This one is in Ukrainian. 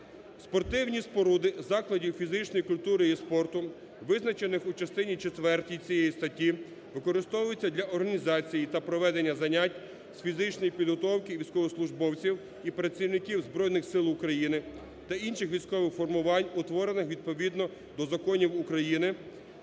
"Спортивні споруди закладів фізичної культури і спорту, визначених у частині четвертій цієї статті, використовується для організації та проведення занять з фізичної підготовки військовослужбовців і працівників Збройних Сил України та інших військових формувань утворених відповідно до законів України,